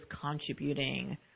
contributing